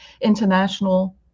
international